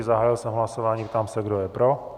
Zahájil jsem hlasování a ptám se, kdo je pro.